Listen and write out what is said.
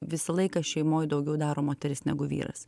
visą laiką šeimoj daugiau daro moteris negu vyras